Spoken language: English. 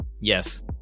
yes